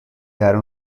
dare